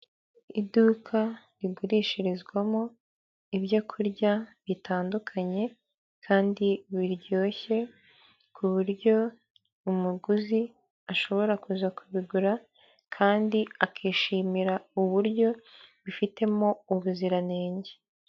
Iduka rigurishirizwamo ibyo kurya bitandukanye kandi biryoshye, ku buryo umuguzi ashobora kuza kubigura kandi akishimira uburyo bifitemo ubuziranenge.